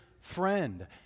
friend